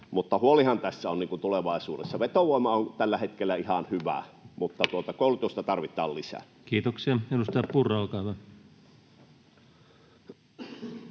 huolihan tästä on tulevaisuudessa — vetovoima on tällä hetkellä ihan hyvä, mutta tuota koulutusta tarvitaan lisää. Kiitoksia. — Edustaja Purra, olkaa hyvä.